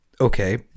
Okay